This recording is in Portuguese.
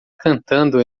cantando